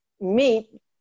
meet